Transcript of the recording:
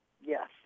Yes